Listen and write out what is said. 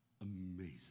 amazing